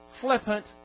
flippant